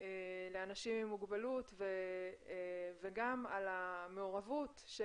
לאנשים עם מוגבלות וגם על המעורבות של